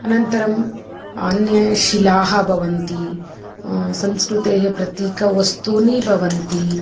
अनन्तरम् अन्याः शिलाः भवन्ति संस्कृतेः प्रतीकवस्तूनि भवन्ति